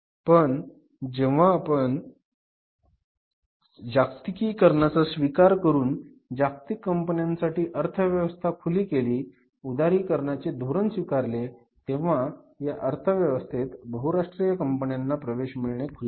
पण जेव्हा आपण जागतिकीकरणाचा स्वीकार करून जागतिक कंपन्यांसाठी अर्थव्यवस्था खुली केली उदारीकरणाचे धोरण स्वीकारले तेव्हा या अर्थव्यवस्थेत बहुराष्ट्रीय कंपन्यांना प्रवेश मिळणे खुले झाले